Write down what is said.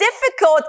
difficult